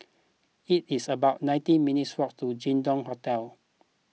it is about nineteen minutes' walk to Jin Dong Hotel